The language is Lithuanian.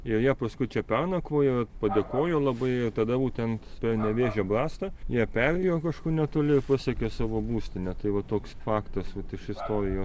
joje paskui čia pernakvojo padėkojo labai ir tada jau ten per nevėžio brastą jie perėjo kažkur netoli ir pasiekė savo būstinę tai va toks faktas vat iš istorijos